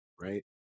right